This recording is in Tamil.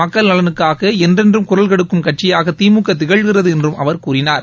மக்கள் நலனுக்காக என்றென்றும் குரல் கொடுக்கும் கட்சியாக திமுக திகழ்கிறது என்றும் அவர் கூறினார்